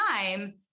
time